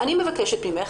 אני מבקשת ממך.